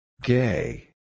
Gay